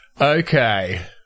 Okay